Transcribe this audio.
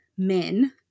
men